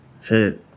Say